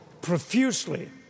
profusely